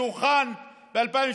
שהוכן ב-2017,